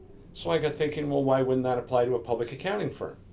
so i got thinking, well, why wouldn't that apply to a public accounting firm?